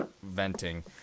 venting